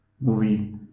movie